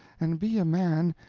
and be a man,